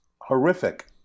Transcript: horrific